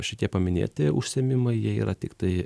šitie paminėti užsiėmimai jie yra tiktai